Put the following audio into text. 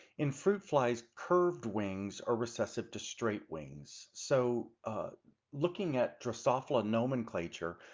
in fruit flies, curved wings are recessive to straight wings. so looking at drosophila nomenclature,